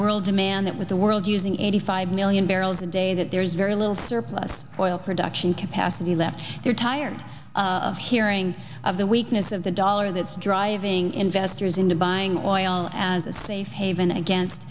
world demand that with the world using eighty five million barrels a day that there's very little surplus oil production capacity left they're tired of hearing of the weakness of the dollar that's driving investors into buying oil as a safe haven against